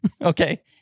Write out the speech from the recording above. Okay